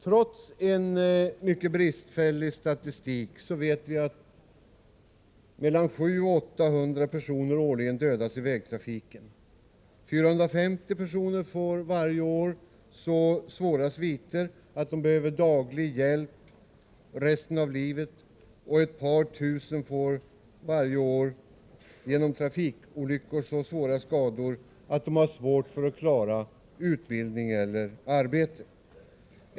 Trots en mycket bristfällig statistik vet vi att mellan 700 och 800 personer årligen dödas i vägtrafiken. 450 personer får varje år så svåra sviter att de behöver daglig hjälp för resten av livet, och ett par tusen får varje år genom trafikolyckor så svåra skador att de sedan har svårt att klara utbildning och arbete.